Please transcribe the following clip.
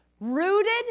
Rooted